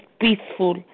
peaceful